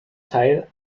teil